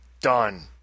Done